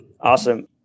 Awesome